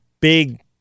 big